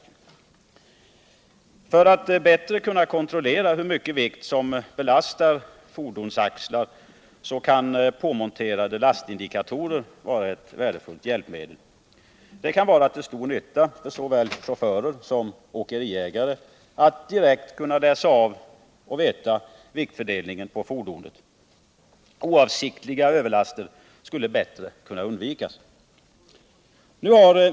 För att bättre kunna kontrollera hur stor vikt som belastar fordonsaxlar kan påmonterade lastindikatorer vara ett värdefullt hjälpmedel. Det kan vara till stor nytta för såväl chaufförer som åkeriägare att direkt kunna läsa av viktfördelningen på fordonet. Oavsiktliga överlaster skulle lättare kunna undvikas.